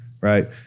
right